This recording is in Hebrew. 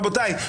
רבותיי,